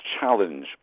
challenge